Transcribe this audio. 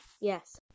yes